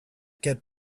get